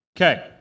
Okay